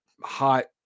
Hot